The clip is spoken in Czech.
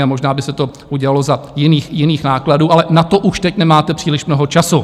A možná by se to udělalo za jiných nákladů, ale na to už teď nemáte příliš mnoho času.